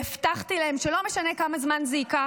והבטחתי להם שלא משנה כמה זה ייקח,